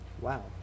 Wow